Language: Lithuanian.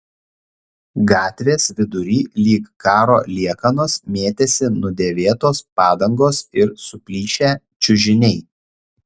gatvės vidury lyg karo liekanos mėtėsi nudėvėtos padangos ir suplyšę čiužiniai